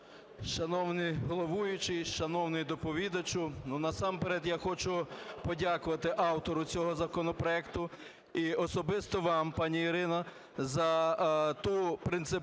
Шановний головуючий, шановний доповідачу, насамперед я хочу подякувати автору цього законопроекту і особисто вам, пані Ірино, за ту принципову